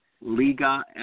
Liga